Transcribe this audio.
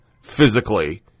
physically